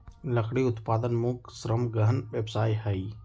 लकड़ी उत्पादन मुख्य श्रम गहन व्यवसाय हइ